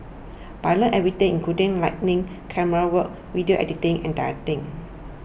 but I learnt everything including lighting camerawork video editing and directing